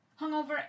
Hungover